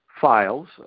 files